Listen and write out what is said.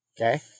Okay